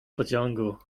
pociągu